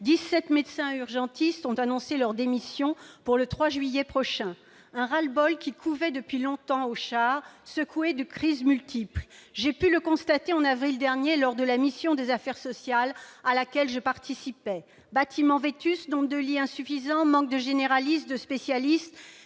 médecins urgentistes ont annoncé leur démission pour le 3 juillet prochain. Un ras-le-bol qui couvait depuis longtemps au CHAR, secoué de crises multiples, comme j'ai pu le constater en avril dernier, lors de la visite de la mission des affaires sociales à laquelle je participais : bâtiment vétuste, nombre insuffisant de lits, manque de généralistes et de spécialistes,